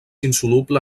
insoluble